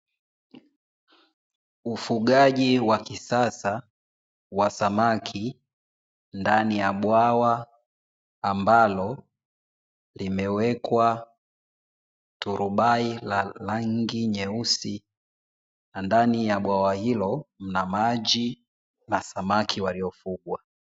Ufugaji wa kisasa wa samaki ndani ya bwawa ambalo limewekwa turubai la rangi nyeusi na ndani ya bwawa hilo mna maji na samaki walio fugwa.